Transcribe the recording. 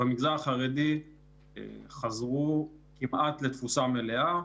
במגזר הענף חזרו כמעט לתפוסה מלאה.